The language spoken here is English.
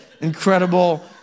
incredible